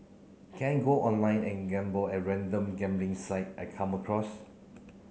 can I go online and gamble at any random gambling site I come across